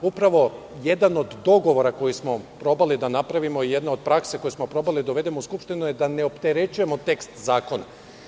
Upravo jedan od dogovora koji smo probali da napravimo, jedna od prakse koju smo probali da uvedemo u Skupštinu je da ne opterećujemo tekst zakona.